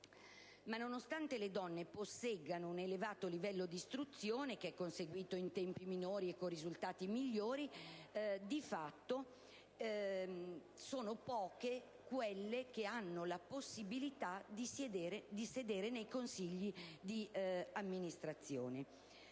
Nonostante le donne posseggano un elevato livello di istruzione, conseguito in tempi minori e con risultati migliori, di fatto sono poche quelle che hanno la possibilità di sedere nei consigli di amministrazione.